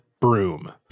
broom